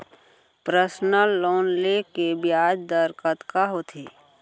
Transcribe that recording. Personal loan ले के ब्याज दर कतका होथे?